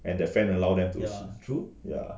and their friend allow them to ya